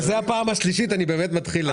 וזאת הפעם השלישית, אני באמת מתחיל לחשוד.